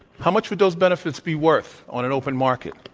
how much would those benefits be worth on an open market?